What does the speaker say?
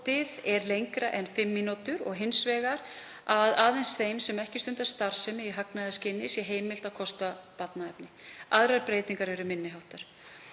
innskotið er lengra en fimm mínútur, og hins vegar að aðeins þeim sem ekki stunda starfsemi í hagnaðarskyni sé heimilt að kosta barnaefni. Aðrar breytingar eru minni háttar.